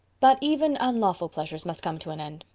but even unlawful pleasures must come to an end.